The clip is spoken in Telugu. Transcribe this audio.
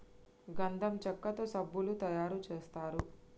గంధం చెక్కతో సబ్బులు తయారు చేస్తారు